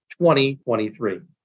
2023